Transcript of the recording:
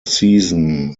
season